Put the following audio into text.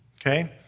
Okay